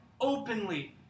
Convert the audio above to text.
openly